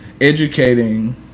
educating